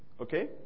Okay